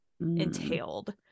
entailed